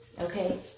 Okay